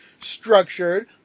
structured